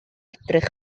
edrych